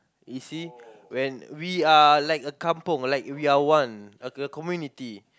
you see when we are like a kampung like we are one like a community